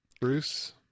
Bruce